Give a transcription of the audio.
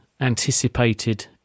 anticipated